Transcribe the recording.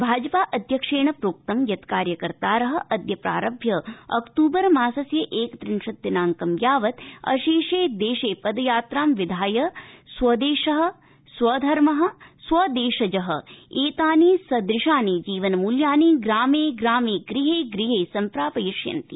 भाजपा अध्यक्षेण प्रोक्तं यत् कार्यकर्तार अद्य प्रारभ्य अक्तूबरमासस्य एकत्रिंशत् दिनांकं यावत् अशेषदेशे पदयात्रां विधाय स्वदेशं स्वधर्म सदृशानि जीवन मूल्यानि ग्रामे ग्रामे गृहे गृहे सम्प्रापयिष्यन्ति